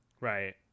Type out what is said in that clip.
Right